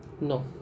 No